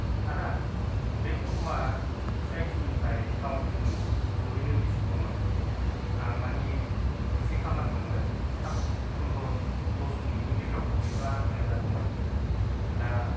आदा बे अट' आ सि आइ टि निफ्राय टाउन सिम सहैनो बेसे गोबाव नांगौ आं माने एसे खामानि दंमोन थाब फन्द्र' दस मिनिट नि गेजेराव सहैबा मोजां जागौमोन दा